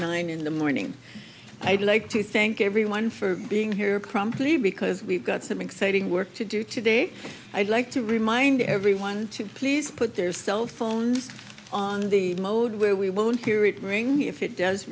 nine in the morning i'd like to thank everyone for being here crump leave because we've got some exciting work to do today i'd like to remind everyone to please put their cell phones on the mode where we won't hear it ring if it does